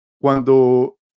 cuando